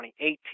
2018